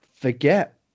forget